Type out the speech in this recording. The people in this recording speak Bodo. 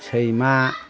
सैमा